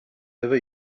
never